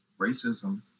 racism